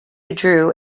withdrew